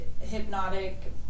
hypnotic